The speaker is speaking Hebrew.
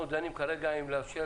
אנחנו דנים כרגע בשאלה האם לאפשר